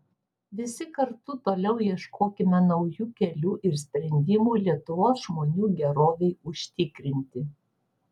visi kartu toliau ieškokime naujų kelių ir sprendimų lietuvos žmonių gerovei užtikrinti